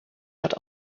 hat